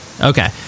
Okay